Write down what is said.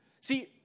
See